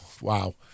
wow